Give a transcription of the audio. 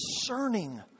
discerning